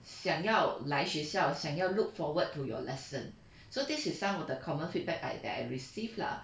想要来学校想要 look forward to your lesson so this is some of the common feedback I that I received lah